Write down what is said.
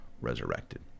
resurrected